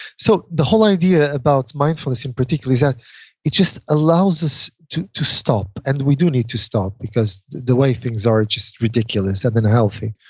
so the whole idea about mindfulness in particular is that it just allows us to to stop. and we do need to stop because the way things are, it's just ridiculous and unhealthy,